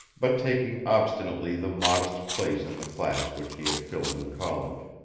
but taking obstinately the modest place in the class which he had filled in college.